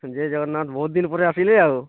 ଜୟ ଜଗନ୍ନାଥ୍ ବହୁତ୍ ଦିନ୍ ପରେ ଆସିଲେ ଆଉ